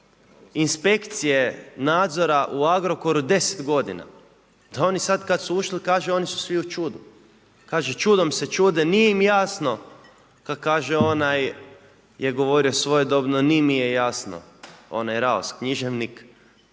inspekcije nadzora u Agrokora 10 godina. Da oni sad kad su ušli, oni su svi u čudu. Kažu čudom se čude, nije im jasno kad kaže onaj je govorio svojedobno, ni me je jasno, onaj Raos književnik.